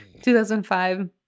2005